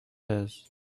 his